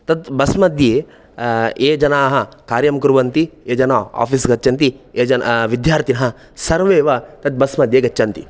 तत् बस्मद्ये ये जनाः कार्यं कुर्वन्ति ये जनाः आफ़ीस् गच्छन्ति ये जनाः विद्यार्थिनः सर्वे वा बस्मध्ये गच्छन्ति